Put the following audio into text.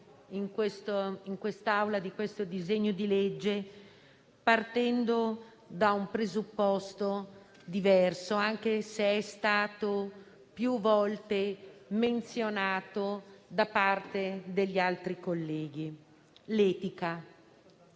in Aula del disegno di legge in esame partendo da un presupposto diverso, anche se è stato più volte menzionato da parte di altri colleghi: l'etica.